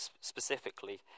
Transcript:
specifically